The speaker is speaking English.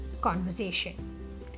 conversation